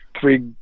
three